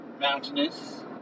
mountainous